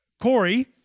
Corey